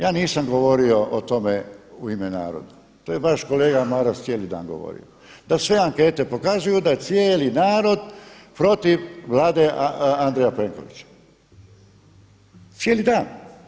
Ja nisam govorio o tome u ime naroda, to je vaš kolega Maras cijeli dan govori, da sve ankete pokazuju da cijeli narod protiv Vlade Andreja Plenkovića, cijeli dan.